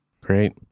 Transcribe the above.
Great